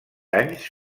anys